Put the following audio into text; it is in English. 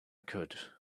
could